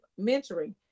mentoring